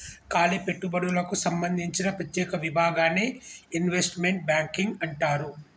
కాలి పెట్టుబడులకు సంబందించిన ప్రత్యేక విభాగాన్ని ఇన్వెస్ట్మెంట్ బ్యాంకింగ్ అంటారు